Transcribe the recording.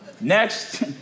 Next